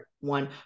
one